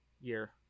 year